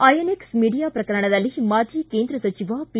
INX media ಪ್ರಕರಣದಲ್ಲಿ ಮಾಜಿ ಕೇಂದ್ರ ಸಚಿವ ಪಿ